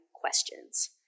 questions